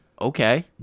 Okay